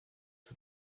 for